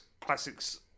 Classics